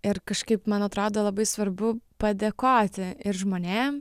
ir kažkaip man atrodo labai svarbu padėkoti ir žmonėm